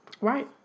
Right